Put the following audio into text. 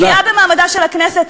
לפגיעה במעמדה של הכנסת,